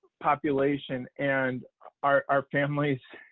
population and our our families,